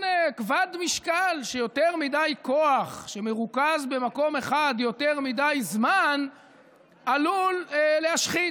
כבד משקל שיותר מדיי כוח שמרוכז במקום אחד יותר מדי זמן עלול להשחית.